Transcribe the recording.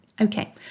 Okay